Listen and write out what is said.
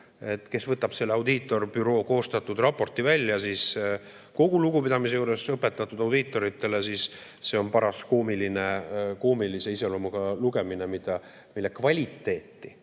Kes võtab selle audiitorbüroo koostatud raporti välja, siis kogu lugupidamise juures õpetatud audiitorite vastu, see on paras koomilise iseloomuga lugemine, mille kvaliteeti